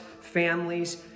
families